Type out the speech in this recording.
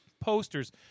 Posters